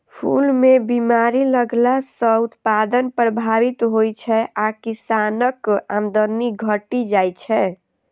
फूल मे बीमारी लगला सं उत्पादन प्रभावित होइ छै आ किसानक आमदनी घटि जाइ छै